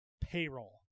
payroll